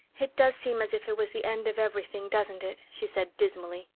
it does seem as if it was the end of everything, doesn't it? she said dismally.